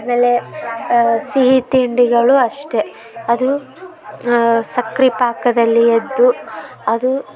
ಆಮೇಲೆ ಸಿಹಿ ತಿಂಡಿಗಳು ಅಷ್ಟೇ ಅದು ಸಕ್ರೆ ಪಾಕದಲ್ಲಿ ಅದ್ದಿ ಅದು